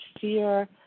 fear